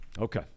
Okay